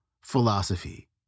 philosophy